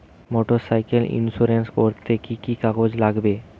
Motorcycle insurance করতে কি কি কাগজ লাগবে?